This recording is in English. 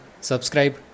subscribe